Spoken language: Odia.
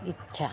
ଇଚ୍ଛା